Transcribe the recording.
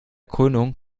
krönung